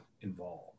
involved